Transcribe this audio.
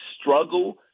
struggle